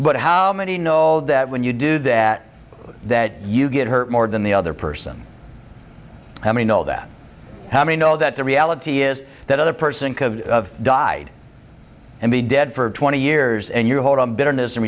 but how many know that when you do that that you get hurt more than the other person let me know that how many know that the reality is that other person died and be dead for twenty years and you hold on bitterness and